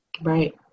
Right